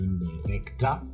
director